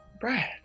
Brad